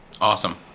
Awesome